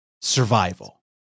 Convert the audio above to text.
survival